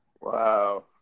Wow